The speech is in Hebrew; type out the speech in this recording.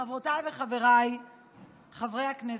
חברותיי וחבריי חברי הכנסת,